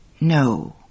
No